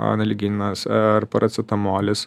analginas ar paracetamolis